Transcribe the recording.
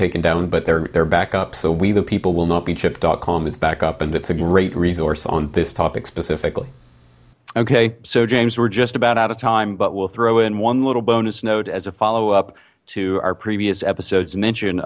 taken down but they're back up so wethepeoplewillnotbechipped com is back up and it's a great resource on this topic specifically okay so james we're just about out of time but we'll throw in one little bonus note as a follow up to our previous episode's mention